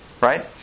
Right